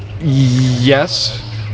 Yes